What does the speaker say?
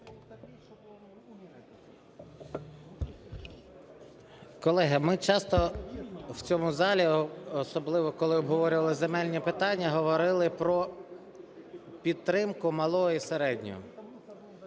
Колеги, ми часто в цьому залі, особливо коли обговорювали земельні питання, говорили про підтримку малого і середнього.